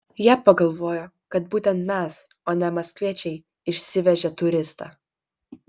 jie pagalvojo kad būtent mes o ne maskviečiai išsivežė turistą